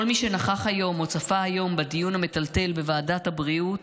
כל מי שנכח היום או צפה היום בדיון המטלטל בוועדת הבריאות,